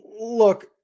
Look